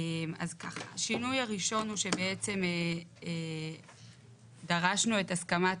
השינוי הראשון הוא שבעצם דרשנו את הסכמת